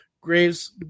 Graves